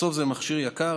בסוף זה מכשיר יקר,